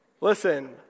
Listen